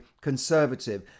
conservative